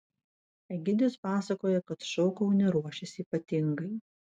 egidijus pasakoja kad šou kaune ruošiasi ypatingai